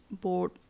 board